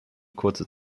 kurze